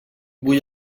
bull